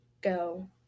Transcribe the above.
go